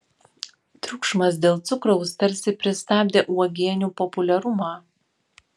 triukšmas dėl cukraus tarsi pristabdė uogienių populiarumą